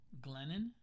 Glennon